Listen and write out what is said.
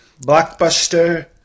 Blockbuster